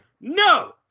No